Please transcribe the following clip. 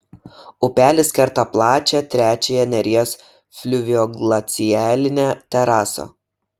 upelis kerta plačią trečiąją neries fliuvioglacialinę terasą